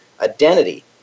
identity